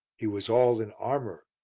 he was all in armour,